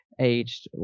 aged